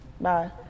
bye